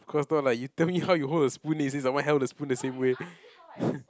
of course not lah you tell me how you hold the spoon is it someone held the spoon the same way